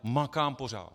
Makám pořád.